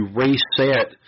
reset